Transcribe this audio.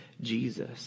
Jesus